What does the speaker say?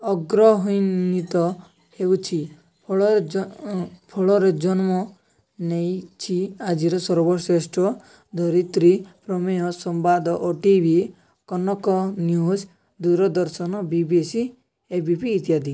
ଅଗ୍ରହ୍ଵାନ୍ଵୀତ ହେଉଛି ଫଳରେ ଫଳରେ ଜନ୍ମ ନେଇଛି ଆଜିର ସର୍ବଶ୍ରେଷ୍ଠ Dharitri Prameya Sambad OTV Kanak News Doordarshan B B C A B P ଇତ୍ୟାଦି